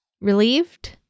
relieved